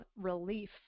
relief